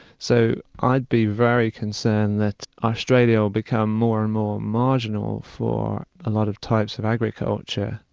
so i'd be very concerned that australia would become more and more marginal for a lot of types of agriculture.